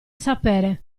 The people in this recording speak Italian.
sapere